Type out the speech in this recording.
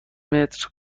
متر